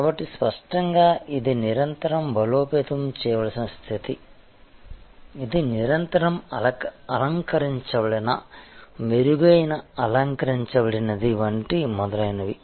కాబట్టి స్పష్టంగా ఇది నిరంతరం బలోపేతం చేయవలసిన స్థితి ఇది నిరంతరం అలంకరించబడిన మెరుగైన అలంకరించబడినది వంటి మొదలైనవి